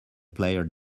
player